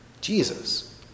Jesus